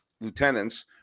lieutenants